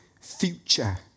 future